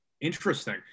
Interesting